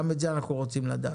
גם את זה אנחנו רוצים לדעת.